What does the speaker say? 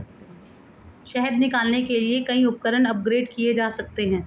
शहद निकालने के लिए कई उपकरण अपग्रेड किए जा सकते हैं